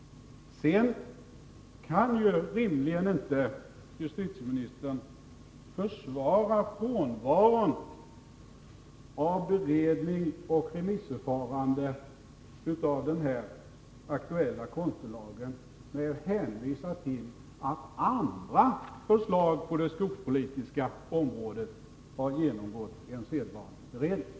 Justitieministern kan ju inte rimligen försvara frånvaron av beredning och remissförfarande när det gäller den aktuella kontolagen genom att hänvisa till att andra förslag på det skogspolitiska området har genomgått en sedvanlig beredning.